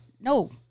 no